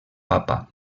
papa